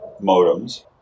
modems